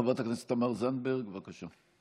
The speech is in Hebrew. חברת הכנסת תמר זנדברג, בבקשה.